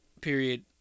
period